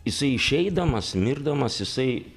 jisai išeidamas mirdamas jisai